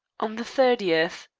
on the thirtieth.